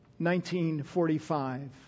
1945